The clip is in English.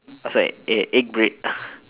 uh sorry e~ egg bread